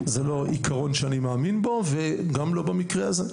זה לא עיקרון שאני מאמין בו וגם לא במקרה הזה,